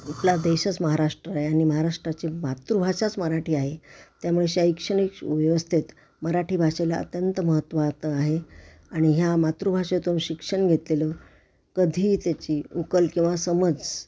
आपला देशच महाराष्ट्र आहे आणि महाराष्ट्राची मातृभाषाच मराठी आहे त्यामुळे शैक्षणिक व्यवस्थेत मराठी भाषेला अत्यंत महत्त्व आता आहे आणि ह्या मातृभाषेतून शिक्षण घेतलेलं कधीही त्याची उकल किंवा समज